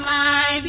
i